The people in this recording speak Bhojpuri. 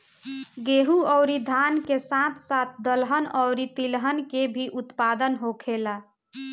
गेहूं अउरी धान के साथ साथ दहलन अउरी तिलहन के भी उत्पादन होखेला